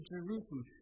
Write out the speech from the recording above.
Jerusalem